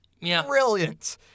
Brilliant